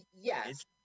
Yes